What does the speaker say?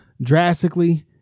drastically